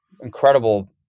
incredible